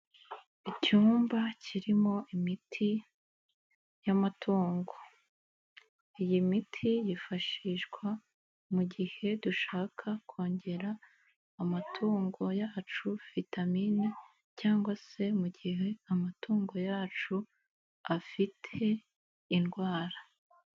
Icyumba kirimo imiti y'amatungo, iyi miti yifashishwa mu gihe dushaka kongera amatungo yacu vitamini cyangwa se mu gihe amatungo yacu afite indwara.